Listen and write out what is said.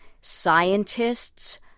scientists